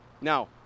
Now